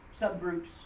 subgroups